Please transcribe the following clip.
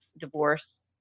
divorce